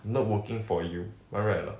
I'm not working for you am I right or not